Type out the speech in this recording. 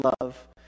love